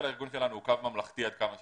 הארגון שלנו הוא קו ממלכתי עד כמה שאפשר.